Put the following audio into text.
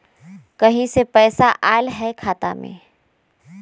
कहीं से पैसा आएल हैं खाता में?